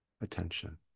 attention